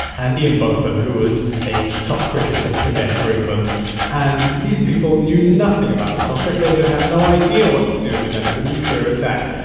and ian both them who was a top cricketer again for england and these people knew nothing about the topic. they would have no idea what to do in the event of a nuclear attack.